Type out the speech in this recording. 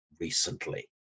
recently